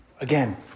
Again